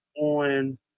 on